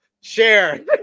share